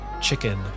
chicken